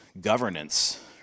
governance